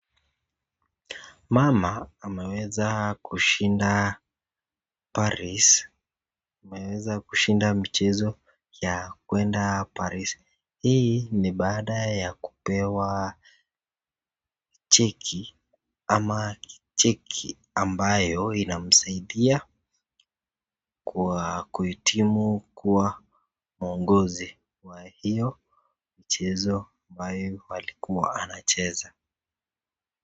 Mama ameweza kushinda Paris, ameweza kushinda kuenda Paris. Hii ni baada ya kupewa cheki, ama cheki ambayo inamsaidia kuhitimu kuwa mwongozi kwa hiyo mchezo ambayo alikuwa ana mcheza.